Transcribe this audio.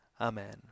Amen